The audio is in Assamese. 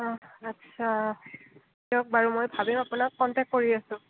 আচ্ছা দিয়ক বাৰু মই ভাবি আপোনাক কণ্টেক কৰি আছোঁ